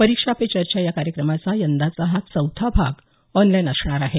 परीक्षा पे चर्चा या कार्यक्रमाचा यंदाचा हा चौथा भाग ऑनलाईन असणार आहे